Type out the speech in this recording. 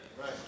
Right